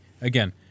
again